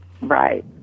Right